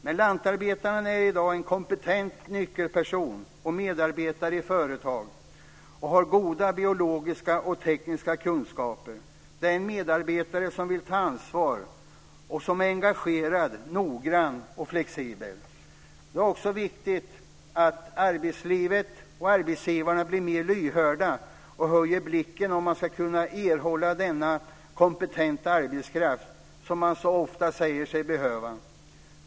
Men lantarbetaren är i dag en kompetent nyckelperson och medarbetare i företag, och han har goda biologiska och tekniska kunskaper. Det är en medarbetare som vill ta ansvar och som är engagerad, noggrann och flexibel. Det är också viktigt att arbetslivet och arbetsgivarna blir mer lyhörda och höjer blicken om man ska kunna erhålla den kompetenta arbetskraft som man så ofta säger sig behöva.